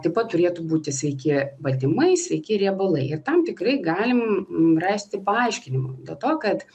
taip pat turėtų būti sveiki baltymai sveiki riebalai ir tam tikrai galim rasti paaiškinimų dėl to kad